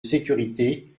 sécurité